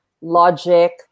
logic